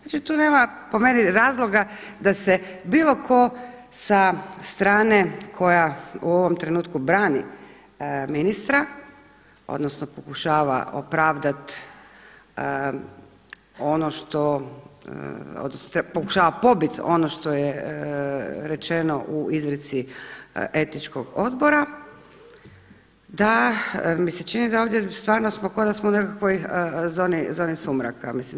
Znači, tu nema po meni razloga da se bilo tko sa strane koja u ovom trenutku brani ministra odnosno pokušava opravdat ono što odnosno pokušava pobit ono što je rečeno u izreci Etičkog odbora da mi se čini da stvarno smo kao da smo u nekakvoj zoni sumraka.